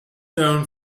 known